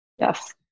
Yes